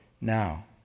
now